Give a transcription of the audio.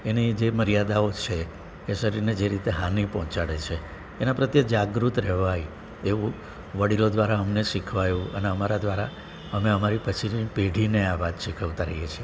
એની જે મર્યાદાઓ છે એ શરીરને જે રીતે હાનિ પહોંચાડે છે એના પ્રત્યે જાગૃત રહેવાય એવું વડીલો દ્વારા અમને શિખવાયું અને અમારા દ્વારા અમે અમારી પછીની પેઢીને આ વાત શીખવતા રહીએ છીએ